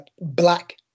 black